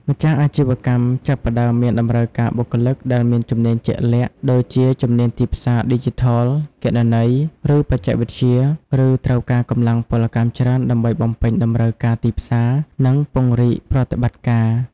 ម្ចាស់អាជីវកម្មចាប់ផ្តើមមានតម្រូវការបុគ្គលិកដែលមានជំនាញជាក់លាក់ ដូចជាជំនាញទីផ្សារឌីជីថល គណនេយ្យ ឬបច្ចេកវិទ្យា ឬត្រូវការកម្លាំងពលកម្មច្រើនដើម្បីបំពេញតម្រូវការទីផ្សារ និងពង្រីកប្រតិបត្តិការ។